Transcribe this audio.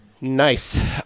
Nice